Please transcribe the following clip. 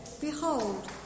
behold